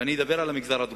ואני אדבר על המגזר הדרוזי.